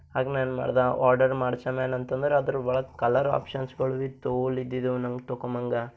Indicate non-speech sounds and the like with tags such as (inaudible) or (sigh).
ಆಗ ನಾನು ಏನು ಮಾಡ್ದೆ ಆರ್ಡರ್ ಮಾಡ್ಸಿ ಏನು ಅಂತಂದ್ರೆ ಅದರ ಒಳಗೆ ಕಲರ್ ಆಪ್ಷನ್ಸ್ಗಳು ಇತ್ತು (unintelligible) ಇದ್ದಿದ್ದು ನಂಗೆ ತೊಕೋಮಂಗ